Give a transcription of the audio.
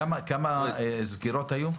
כמה סגירות היו?